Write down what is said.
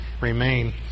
remain